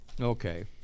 Okay